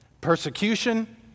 Persecution